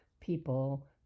people